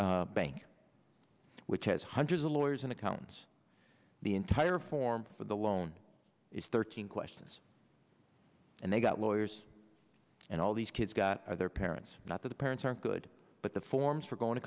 bank which has hundreds of lawyers and accountants the entire form for the loan is thirteen questions and they got lawyers and all these kids got their parents not the parents are good but the forms for going to